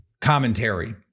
commentary